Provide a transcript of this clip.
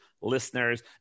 listeners